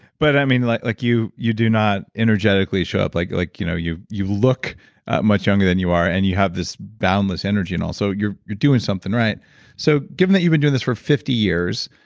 but i mean like like you you do not energetically show up like. like you know you you look much younger than you are. and you have this boundless energy and all. so you're you're doing something right so given that you've been doing this for fifty years,